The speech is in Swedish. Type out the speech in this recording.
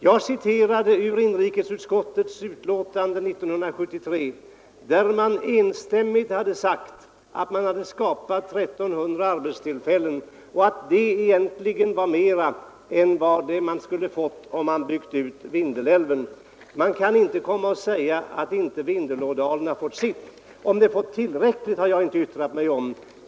Jag citerade ur inrikesutskottets betänkande 1973, där man enstämmigt sade att man hade skapat 1 300 arbetstillfällen och att det egentligen var mer än vad en utbyggnad av Vindelälven skulle ha givit. Man kan inte säga att inte Vindelådalen har fått sitt. Om den fått tillräckligt har jag inte yttrat mig om.